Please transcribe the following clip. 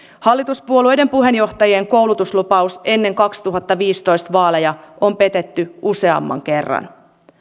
hallituspuolueiden puheenjohtajien koulutuslupaus ennen kaksituhattaviisitoista vaaleja on petetty useamman kerran